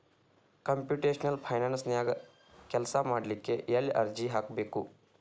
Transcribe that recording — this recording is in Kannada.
ಕಂಪ್ಯುಟೆಷ್ನಲ್ ಫೈನಾನ್ಸನ್ಯಾಗ ಕೆಲ್ಸಾಮಾಡ್ಲಿಕ್ಕೆ ಎಲ್ಲೆ ಅರ್ಜಿ ಹಾಕ್ಬೇಕು?